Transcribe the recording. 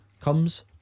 comes